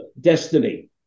destiny